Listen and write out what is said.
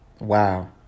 Wow